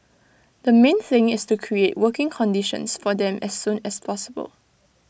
the main thing is to create working conditions for them as soon as possible